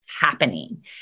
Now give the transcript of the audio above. happening